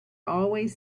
always